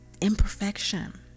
imperfection